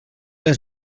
les